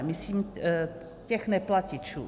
Myslím těch neplatičů.